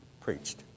preached